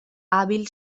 hàbil